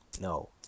No